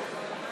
כן.